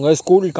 school